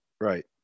Right